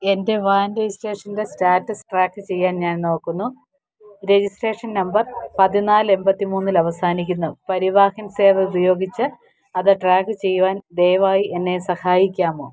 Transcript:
എൻ്റെ വാൻ രജിസ്ട്രേഷൻ്റെ status track ചെയ്യാൻ ഞാൻ നോക്കുന്നു രജിസ്ട്രേഷൻ നമ്പർ പതിനാല് എൺപത്തിമൂന്നിൽ അവസാനിക്കുന്നു പരിവാഹൻ സേവ ഉപയോഗിച്ച് അത് ട്രാക്ക് ചെയ്യുവാൻ ദയവായി എന്നെ സഹായിക്കാമോ